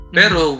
pero